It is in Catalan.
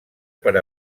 per